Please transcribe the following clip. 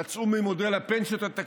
אין בהצעת החוק המובאת בפנינו בקשה לתוספת